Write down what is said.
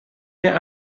mehr